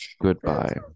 Goodbye